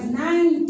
nine